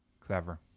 Clever